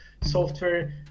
software